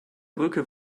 brücke